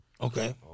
Okay